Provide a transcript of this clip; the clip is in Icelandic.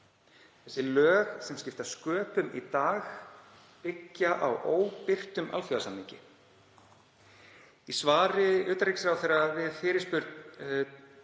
Þessi lög, sem skipta sköpum í dag, byggja á óbirtum alþjóðasamningi. Í svari utanríkisráðherra við fyrirspurn